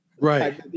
right